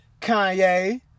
Kanye